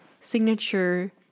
signature